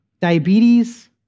diabetes